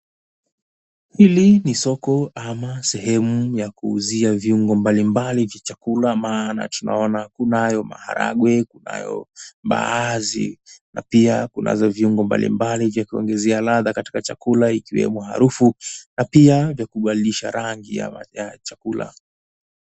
Hili ni soko ama sehemu ya kuuzia viungo mbalimbali vya chakula maana tunaona kunayo maharagwe, kunayo baazi na pia kunazo viungo mbalimbali vya kuongezea ladha katika chakula ikiwemo harufu na pia vya kubadilisha rangi ya chakula.